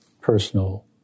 personal